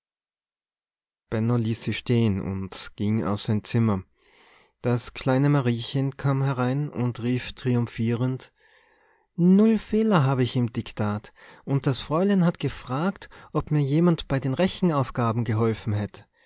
ließ sie stehen und ging auf sein zimmer das kleine mariechen kam herein und rief triumphierend null fehler hab ich im diktat und das fräulein hat gefragt ob mir jemand bei den rechenaufgaben geholfen hätt